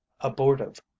abortive